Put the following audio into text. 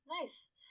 Nice